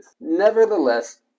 Nevertheless